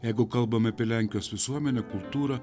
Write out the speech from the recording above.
jeigu kalbame apie lenkijos visuomenę kultūrą